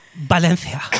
Valencia